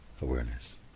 awareness